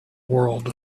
world